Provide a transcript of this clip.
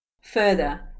Further